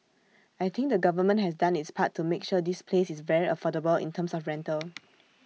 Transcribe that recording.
I think the government has done its part to make sure this place is very affordable in terms of rental